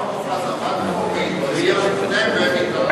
שאול מופז עמד פה והתריע בפניהם והם התעלמו.